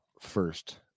first